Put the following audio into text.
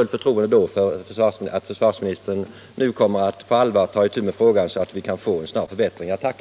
övertygad om att försvarsministern nu kommer att ta itu med denna fråga på allvar, så att vi får en snar förbättring till stånd.